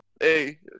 Hey